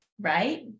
Right